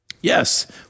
Yes